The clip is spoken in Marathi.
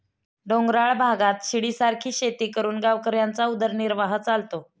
डोंगराळ भागात शिडीसारखी शेती करून गावकऱ्यांचा उदरनिर्वाह चालतो